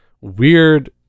weird